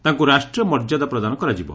ତାଙ୍କୁ ରାଷ୍ଟ୍ରୀୟ ମର୍ଯ୍ୟାଦା ପ୍ରଦାନ କରାଯିବ